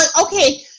okay